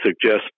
suggest